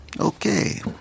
Okay